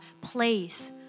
place